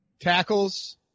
tackles